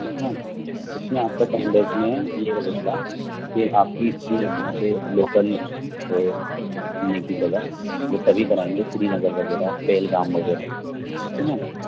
ٹھیک ہے میم اس میں آپ کا ٹائم بیس میں یہ رہے گا کہ آپ کی جو وہاں پہ لوکل ہے گھومنے کی جگہ وہ سبھی کرائیں گے سری نگر وغیرہ پہلگام وغیرہ ٹھیک ہے میم